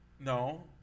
No